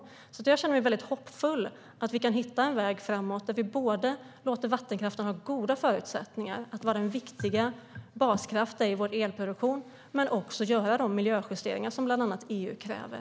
Jag känner mig därför väldigt hoppfull inför att vi kan hitta en väg framåt där vi både låter vattenkraften ha goda förutsättningar att vara den viktiga baskraften i vår elproduktion och kan göra de miljöjusteringar som bland annat EU kräver.